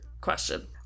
question